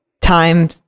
time